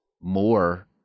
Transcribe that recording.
more